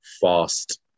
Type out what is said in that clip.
fast